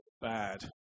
bad